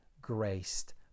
graced